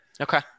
okay